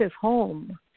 home